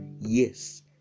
Yes